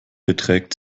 beträgt